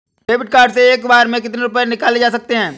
David card से एक बार में कितनी रूपए निकाले जा सकता है?